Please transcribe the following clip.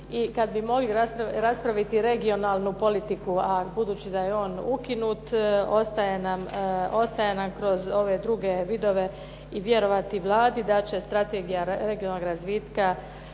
i kad bi mogli raspraviti regionalnu politiku, a budući da je on ukinut ostaje nam kroz ove druge vidove i vjerovati Vladi da će strategija regionalnog razvitka